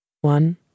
One